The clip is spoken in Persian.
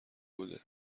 بوده